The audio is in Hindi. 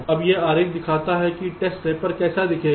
अब यह आरेख दिखाता है कि टेस्ट रेफर कैसा दिखेगा